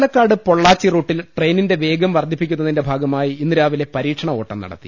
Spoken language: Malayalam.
പാലക്കാട് പൊള്ളാച്ചി റൂട്ടിൽ ട്രെയിനിന്റെ വേഗം വർധി പ്പിക്കുന്നതിന്റെ ഭാഗമായി ഇന്ന് രാവിലെ പരീക്ഷണ ഓട്ടം നട ത്തി